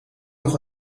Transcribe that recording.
nog